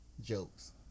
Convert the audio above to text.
jokes